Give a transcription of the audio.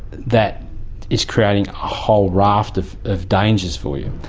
that is creating a whole raft of of dangers for you,